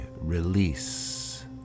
release